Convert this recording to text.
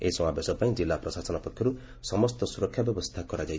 ଏହି ସମାବେଶ ପାଇଁ ଜିଲ୍ଲା ପ୍ରଶାସନ ପକ୍ଷରୁ ସମସ୍ତ ସୁରକ୍ଷା ବ୍ୟବସ୍ଥା କରାଯାଇଛି